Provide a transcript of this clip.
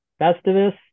Festivus